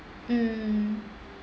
mmhmm